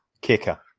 Kicker